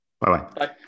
Bye-bye